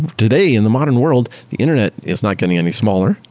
today in the modern world, the internet is not getting any smaller.